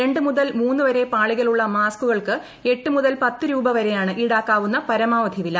രണ്ട് മുതൽ മൂന്ന് വരെ പാളികളുള്ള മാസ്കുകൾക്ക് എട്ട് മുതൽ പത്ത് രൂപ വരെയാണ് ഇൌടാക്കാവുന്ന പരമാവധി വില